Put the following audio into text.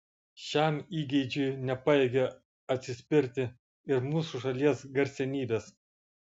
šiam įgeidžiui nepajėgė atsispirti ir mūsų šalies garsenybės